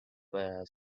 para